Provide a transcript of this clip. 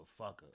motherfucker